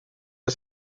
del